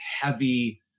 heavy